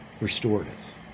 restorative